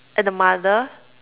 and the mother